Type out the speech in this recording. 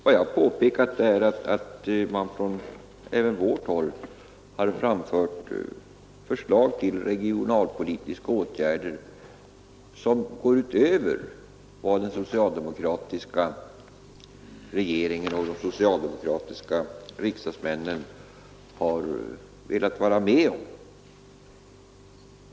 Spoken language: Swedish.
Vad jag påpekat är att man även från vårt håll framfört förslag till regionalpolitiska åtgärder som går utöver vad den socialdemokratiska regeringen och de socialdemokratisk riksdagsmännen har velat vara med om.